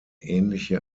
ähnliche